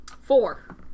Four